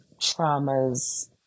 traumas